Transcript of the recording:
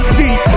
deep